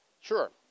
Sure